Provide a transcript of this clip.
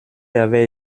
avait